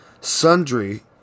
sundry